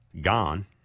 Gone